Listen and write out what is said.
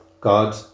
god